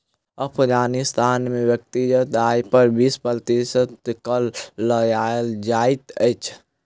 अफ़ग़ानिस्तान में व्यक्तिगत आय पर बीस प्रतिशत कर लगायल जाइत अछि